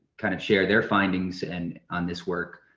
kind of share their findings and on this work,